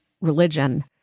religion